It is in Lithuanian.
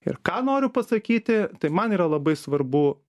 ir ką noriu pasakyti tai man yra labai svarbu